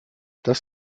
das